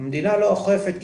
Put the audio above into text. המדינה לא אוכפת,